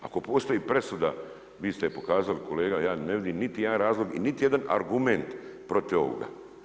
Ako postoji presuda, vi ste je pokazali kolega, ja ne vidim niti jedan razlog i niti jedan argument protiv ovoga.